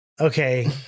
Okay